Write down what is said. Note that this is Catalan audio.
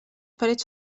parets